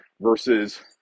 versus